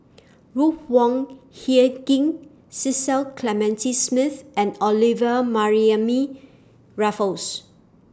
Ruth Wong Hie King Cecil Clementi Smith and Olivia Mariamne Raffles